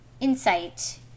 insight